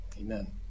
Amen